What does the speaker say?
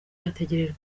ategerejwe